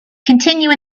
continue